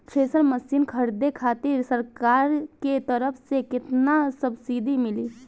Thresher machine खरीदे खातिर सरकार के तरफ से केतना सब्सीडी मिली?